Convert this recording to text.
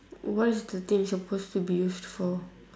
what is the thing supposed to be used for